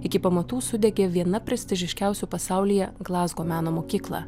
iki pamatų sudegė viena prestižiškiausių pasaulyje glazgo meno mokykla